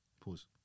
Pause